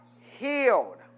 healed